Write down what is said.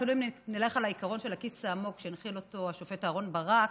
אפילו אם נלך על העיקרון של הכיס העמוק שהנחיל השופט אהרן ברק,